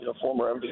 former